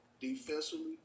Defensively